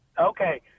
Okay